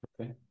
okay